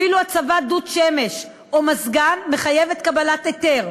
אפילו הצבת דוד שמש או מזגן מחייבת קבלת היתר.